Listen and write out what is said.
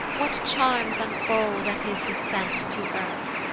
what charms unfold at his descent to earth!